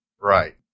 Right